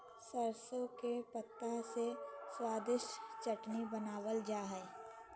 सरसों के पत्ता से स्वादिष्ट चटनी बनावल जा हइ